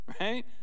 Right